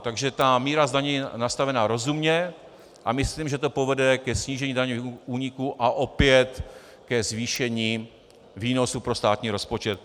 Takže ta míra zdanění je nastavena rozumně a myslím, že to povede ke snížení daňových úniků a opět ke zvýšení výnosů pro státní rozpočet.